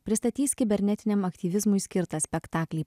pristatys kibernetiniam aktyvizmui skirtą spektaklį